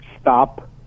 stop